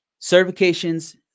certifications